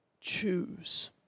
Choose